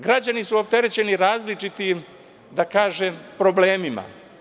Građani su opterećeni različitim problemima.